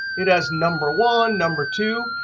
it has number one, number two,